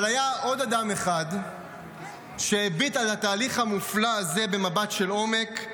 אבל היה עוד אדם אחד שהביט על התהליך המופלא הזה במבט של עומק,